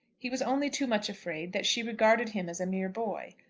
he was only too much afraid that she regarded him as a mere boy.